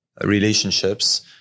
relationships